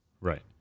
right